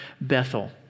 Bethel